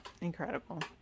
incredible